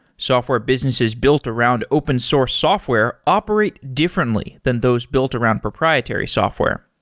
software businesses built around open source software operate differently than those built around proprietary software.